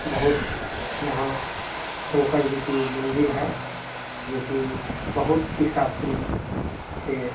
बहुत यहाँ शंकर जी का मन्दिर है जो कि बहुत ईसा पूर्व के